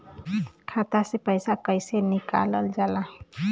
खाता से पैसा कइसे निकालल जाला?